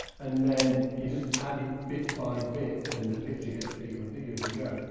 and then, you just add it bit by bit. and the picture gets bigger and bigger as you go.